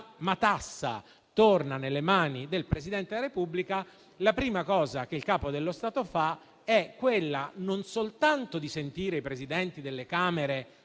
matassa torna nelle mani del Presidente della Repubblica. La prima cosa che il Capo dello Stato fa è quella non soltanto di sentire i Presidenti delle Camere,